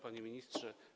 Panie Ministrze!